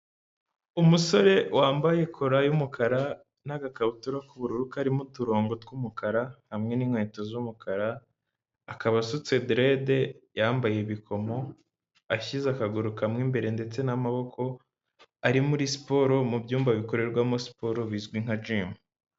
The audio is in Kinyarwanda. Umusore wambaye kora y'umukara n'agakabutura k'ubururu karimo uturongo tw'umukara, hamwe n'inkweto z'umukara, akaba asutse direde, yambaye ibikomo, ashyize akaguru kamwe imbere ndetse n'amaboko, ari muri siporo mu byumba bikorerwamo siporo bizwi nka jimu.